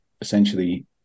essentially